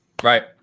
right